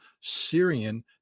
Syrian